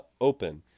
open